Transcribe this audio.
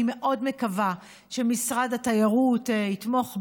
אני מאוד מקווה שמשרד התיירות יתמוך בה,